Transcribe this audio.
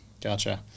Gotcha